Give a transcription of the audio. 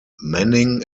manning